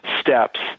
steps